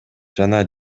жана